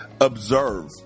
observe